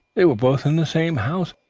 they were both in the same house.